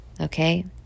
okay